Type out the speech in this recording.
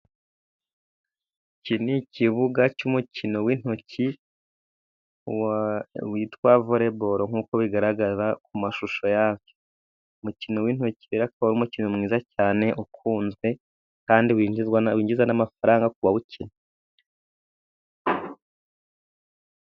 Iki ni ikibuga cy'umukino w'intoki witwa voreboro nkuko bigaragara ku mashusho ya cyo. Umukino w'intoki ukaba ari umukino mwiza cyane ukunzwe, kandi winjizwa n'amafaranga ku bawukina.